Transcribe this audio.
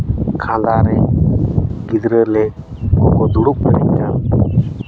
ᱠᱷᱟᱸᱫᱟ ᱨᱮᱱ ᱜᱤᱫᱽᱨᱟᱹᱞᱮ ᱫᱩᱲᱩᱵ ᱵᱟᱧᱪᱟᱣ